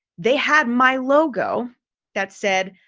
they had my logo that said,